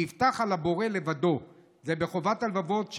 ויבטח על הבורא לבדו." זה מ"חובת הלבבות",